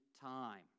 time